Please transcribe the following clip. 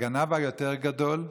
הגנב היותר-גדול,